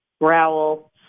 growl